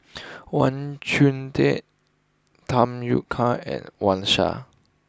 Wang Chunde Tham Yui Kai and Wang Sha